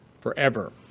forever